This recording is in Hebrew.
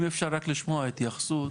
אם אפשר לשמוע התייחסות